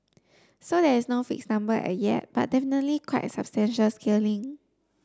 so there is no fixed number as yet but definitely quite substantial scaling